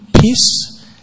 peace